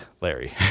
Larry